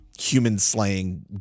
human-slaying